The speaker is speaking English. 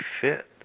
fit